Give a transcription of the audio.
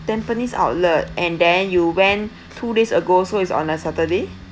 Tampines outlet and then you went two days ago so it's on a saturday